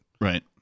Right